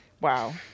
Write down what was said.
Wow